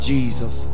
Jesus